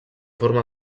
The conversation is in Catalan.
forma